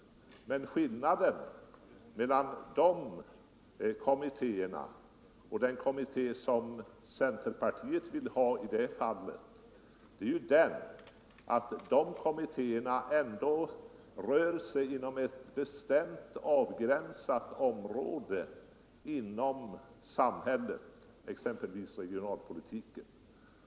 Men för jämlikhetspoliskillnaden mellan dessa kommittéer och den kommitté som centerpartiet — tik, m.m. vill ha i det här fallet är ju den att de förstnämnda kommittéerna ändå rör sig inom ett bestämt avgränsat område i samhället, exempelvis regionalpolitiken.